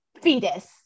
fetus